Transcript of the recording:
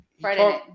Friday